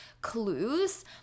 clues